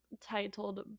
titled